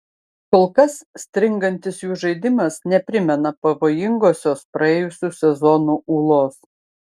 kol kas stringantis jų žaidimas neprimena pavojingosios praėjusių sezonų ūlos